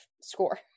score